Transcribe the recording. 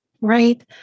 Right